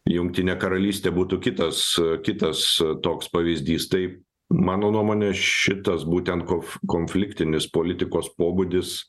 jungtinė karalystė būtų kitas kitas toks pavyzdys tai mano nuomone šitas būtent konf konfliktinis politikos pobūdis